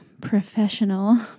professional